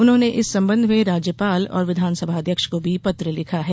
उन्होंने इस संबंध में राज्यपाल और विधानसभा अध्यक्ष को भी पत्र लिखा है